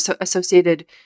associated